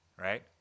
right